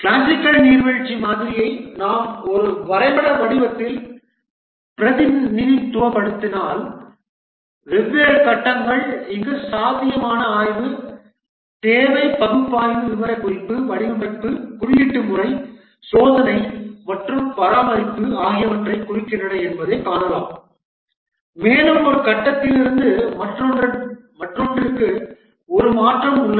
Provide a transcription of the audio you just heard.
classical நீர்வீழ்ச்சி மாதிரியை நாம் ஒரு வரைபட வடிவத்தில் பிரதிநிதித்துவப்படுத்தினால் வெவ்வேறு கட்டங்கள் இங்கு சாத்தியமான ஆய்வு தேவை பகுப்பாய்வு விவரக்குறிப்பு வடிவமைப்பு குறியீட்டு முறை சோதனை மற்றும் பராமரிப்பு ஆகியவற்றைக் குறிக்கின்றன என்பதைக் காணலாம் மேலும் ஒரு கட்டத்திலிருந்து மற்றொன்றுக்கு ஒரு மாற்றம் உள்ளது